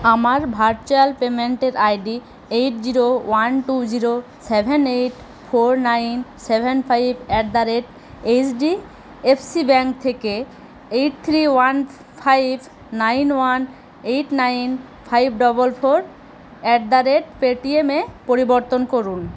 আমার ভার্চুয়াল পেমেন্টের ID eight zero one two zero seven eight four nine seven five at the rate H D F C bank থেকে eight three one five nine one eight nine five double four at the rate Paytm এ পরিবর্তন করুন